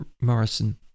Morrison